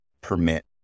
permit